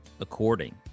according